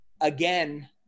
again